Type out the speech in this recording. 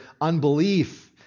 unbelief